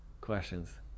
Questions